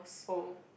oh